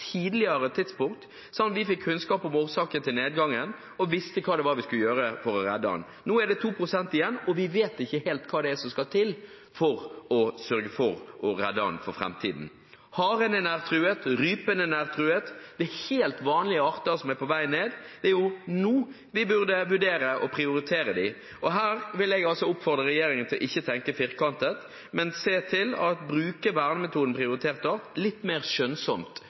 tidligere tidspunkt, sånn at vi hadde fått kunnskap om årsaken til nedgangen og da hadde visst hva vi skulle gjøre for å redde den. Nå er det 2 pst. igjen, og vi vet ikke helt hva som skal til for å sørge for å redde den for framtiden. Haren er nær truet, rypen er nær truet – det er helt vanlige arter som er på vei ned. Det er nå vi burde vurdere å prioritere dem, og her vil jeg altså oppfordre regjeringen til ikke å tenke firkantet, men se til å bruke vernemetoden prioritert art litt mer skjønnsomt